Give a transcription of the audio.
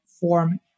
form